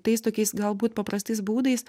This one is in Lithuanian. tais tokiais galbūt paprastais būdais